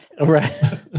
right